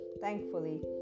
thankfully